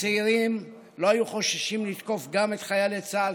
הצעירים לא היו חוששים לתקוף גם את חיילי צה"ל,